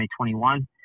2021